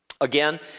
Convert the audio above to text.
Again